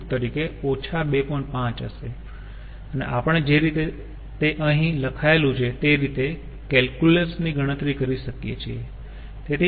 5 હશે અને આપણે જે રીતે તે અહીં લખાયેલું છે તે રીતે કેલ્ક્યુલસ ની ગણતરી કરી શકીયે છીએ